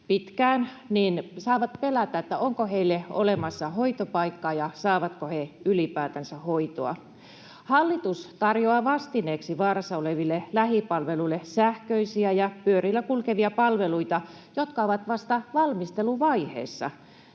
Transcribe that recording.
pitkään, saavat pelätä, että onko heille olemassa hoitopaikkaa ja saavatko he ylipäätänsä hoitoa. Hallitus tarjoaa vastineeksi vaarassa oleville lähipalveluille sähköisiä ja pyörillä kulkevia palveluita, jotka ovat vasta valmisteluvaiheessa.